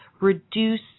reduce